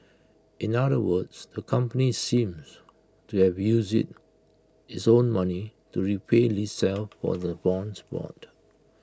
in other words the company seems to have used IT its own money to repay itself for the bonds bought